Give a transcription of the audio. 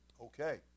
Okay